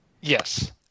Yes